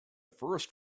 first